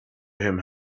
him